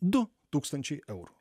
du tūkstančiai eurų